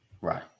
right